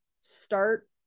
start